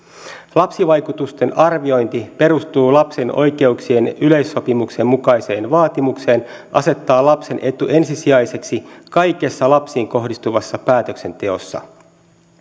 lapsivaikutusten arviointi perustuu lapsen oikeuksien yleissopimuksen mukaiseen vaatimukseen asettaa lapsen etu ensisijaiseksi kaikessa lapsiin kohdistuvassa päätöksenteossa